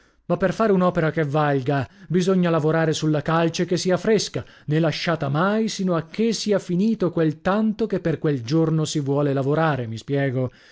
ma per fare un'opera che valga bisogna lavorare sulla calce che sia fresca nè lasciata mai sino a che sia finito quel tanto che per quel giorno si vuole lavorare mi spiego